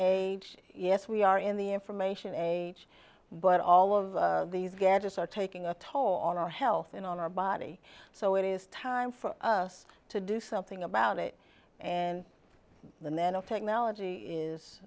a yes we are in the information age but all of these gadgets are taking a toll on our health and on our body so it is time for us to do something about it and the nanotechnology is